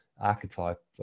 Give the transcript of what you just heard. archetype